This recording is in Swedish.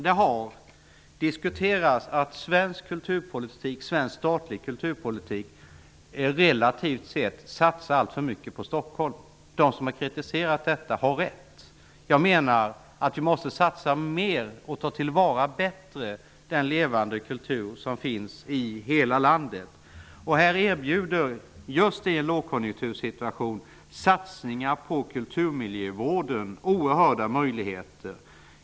Det har hävdats att svensk statlig kulturpolitik relativt sett satsar alltför mycket på Stockholm. De som framför den kritiken har rätt. Jag anser att vi måste satsa mer på och bättre ta till vara den levande kultur som finns ute i landet. Just i en lågkonjunktur ger satsningar på kulturmiljövården oerhörda möjligheter.